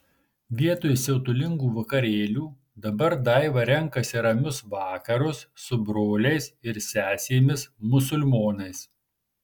vietoj siautulingų vakarėlių dabar daiva renkasi ramius vakarus su broliais ir sesėmis musulmonais